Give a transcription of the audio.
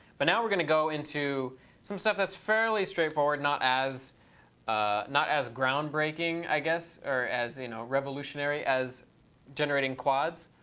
but now we're going to go into some stuff that's fairly straightforward not as ah not as groundbreaking, i guess, or as you know revolutionary as generating quads.